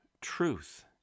truth